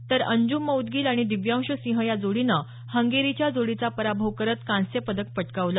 तर अंजुम मौदगिल आणि दिव्यांश सिंह या जोडीनं हंगेरीच्या जोडीचा पराभव करत कांस्य पदक पटकावलं